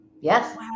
Yes